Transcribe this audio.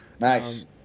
Nice